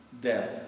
death